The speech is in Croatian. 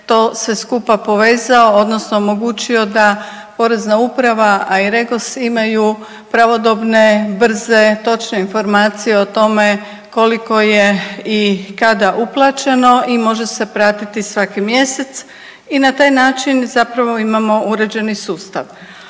to sve skupa povezao odnosno omogućio da porezna uprava, a i REGOS imaju pravodobne, brze, točne informacije o tome koliko je i kada uplaćeno i može se pratiti svaki mjesec i na taj način zapravo imamo uređeni sustav.